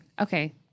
Okay